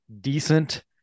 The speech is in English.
decent